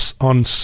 on